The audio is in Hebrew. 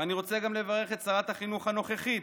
וגם את שרת החינוך הנוכחית,